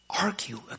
argue